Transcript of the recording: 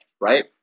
right